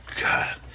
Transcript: God